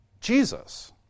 Jesus